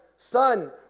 Son